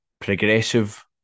progressive